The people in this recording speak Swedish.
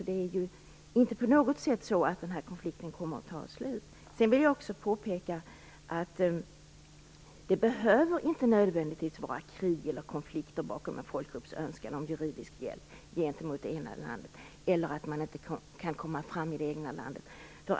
Det är alltså inte på något sätt så att denna konflikt kommer att ta slut. Sedan vill jag också påpeka att det inte nödvändigtvis behöver ligga krig eller konflikter bakom en folkgrupps önskan om juridisk hjälp gentemot det egna landet, eller att man inte kan komma fram i det egna landet.